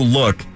look